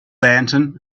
lantern